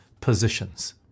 positions